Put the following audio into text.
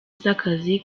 z’akazi